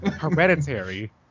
Hereditary